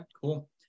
cool